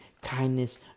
kindness